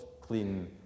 clean